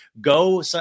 go